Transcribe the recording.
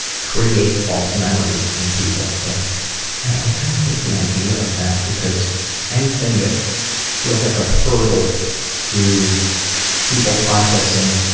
create false memories in people. but i kind of hate the idea of that because anything that feels like a hurdle to people processing